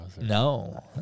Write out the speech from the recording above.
no